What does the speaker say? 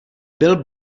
byl